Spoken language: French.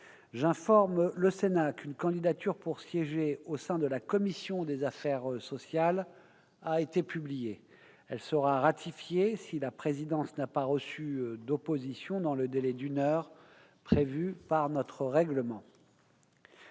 J'informe le Sénat qu'une candidature pour siéger au sein de la commission des affaires sociales a été publiée. Elle sera ratifiée si la présidence n'a pas reçu d'opposition dans le délai d'une heure prévu par notre règlement.